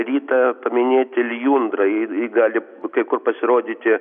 rytą paminėti lijundrą ir ji gali kai kur pasirodyti